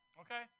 Okay